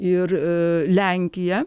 ir lenkiją